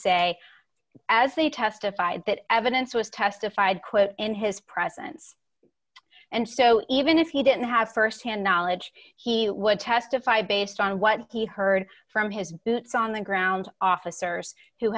say as they testified that evidence was testified quote in his presence and so even if he didn't have firsthand knowledge he would testify based on what he heard from his boots on the ground officers